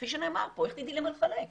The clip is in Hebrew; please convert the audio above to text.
כפי שנאמר פה, איך תדעי למי לחלק?